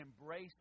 embrace